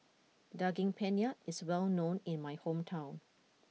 Daging Penyet is well known in my hometown